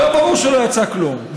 ברור שלא יצא כלום,